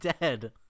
dead